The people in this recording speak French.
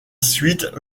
suite